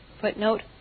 Footnote